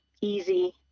easy